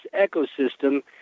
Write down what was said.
ecosystem